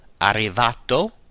Arrivato